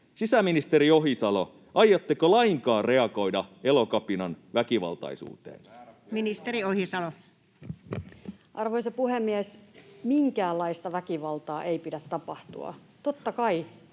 Sisäministeri Ohisalo, aiotteko lainkaan reagoida Elokapinan väkivaltaisuuteen? Ministeri Ohisalo. Arvoisa puhemies! Minkäänlaista väkivaltaa ei pidä tapahtua. Totta kai